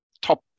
top